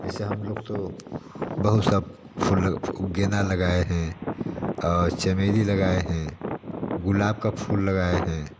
जैसे हम लोग तो बहुत सा फूल लगा गेंदा लगाए हैं और चमेली लगाए हैं गुलाब का फूल लगाए हैं